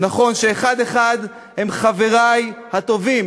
נכון שאחד-אחד הם חברי הטובים,